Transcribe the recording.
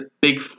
big